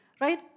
right